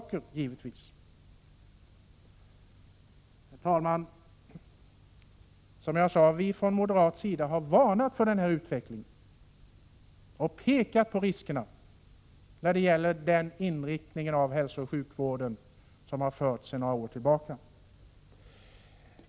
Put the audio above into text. Herr talman! Som jag sade har vi från moderat sida varnat för den här utvecklingen och pekat på riskerna när det gäller inriktningen av hälsooch sjukvården sedan några år tillbaka.